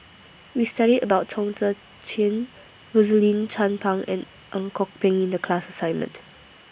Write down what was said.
We studied about Chong Tze Chien Rosaline Chan Pang and Ang Kok Peng in The class assignment